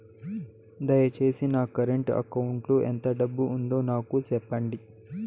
దయచేసి నా current account లో ఎంత డబ్బు ఉందో నాకు సెప్పండి